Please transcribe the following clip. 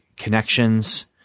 connections